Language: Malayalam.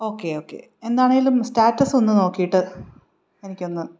ഓക്കെ ഓക്കെ എന്താണേലും സ്റ്റാറ്റസ് ഒന്ന് നോക്കിയിട്ട് എനിക്ക് ഒന്ന്